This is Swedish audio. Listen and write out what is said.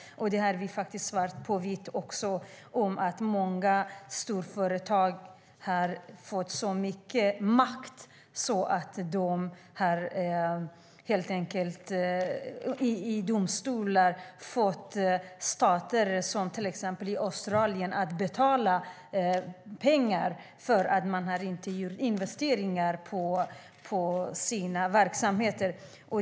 Vi har faktiskt svart på vitt att många storföretag har fått så mycket makt att de i domstolar fått stater, till exempel Australien, att betala pengar för att man inte har gjort investeringar i deras verksamheter.